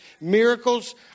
Miracles